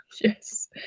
Yes